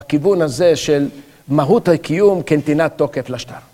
הכיוון הזה של מהות הקיום כנתינת תוקף לשטר.